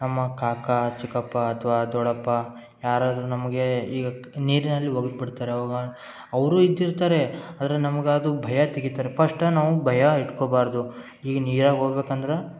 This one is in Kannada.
ನಮ್ಮ ಕಾಕಾ ಚಿಕ್ಕಪ್ಪ ಅಥ್ವಾ ದೊಡಪ್ಪ ಯಾರಾದರು ನಮಗೆ ಈಗ ನೀರಿನಲ್ಲಿ ಹೋಗಿ ಬಿಡ್ತಾರೆ ಆವಾಗ ಅವರು ಈಜಿರ್ತಾರೆ ಆದರೆ ನಮ್ಗೆ ಅದು ಭಯ ತೆಗಿತರೆ ಫಸ್ಟ್ ನಾವು ಭಯ ಇಟ್ಕೊಬಾರದು ಈಗ ನೀರಾಗಿ ಹೋಗ್ಬೇಕಂದ್ರೆ